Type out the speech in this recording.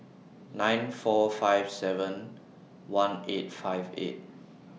nine four five seven one eight five eight